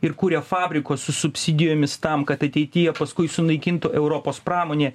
ir kuria fabriko su subsidijomis tam kad ateityje paskui sunaikintų europos pramonę